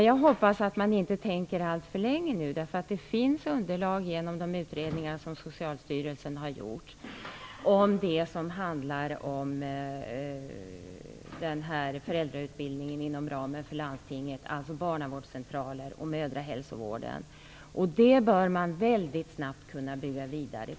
Jag hoppas bara att man inte tänker alltför länge. Det finns underlag genom de utredningar som Socialstyrelsen har gjort för det som handlar om föräldrautbildningen inom ramen för landstingen, alltså inom barnavårdscentraler och mödrahälsovården. Det bör man snabbt kunna bygga vidare.